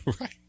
Right